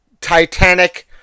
titanic